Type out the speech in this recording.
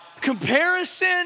Comparison